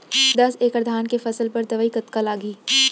दस एकड़ धान के फसल बर दवई कतका लागही?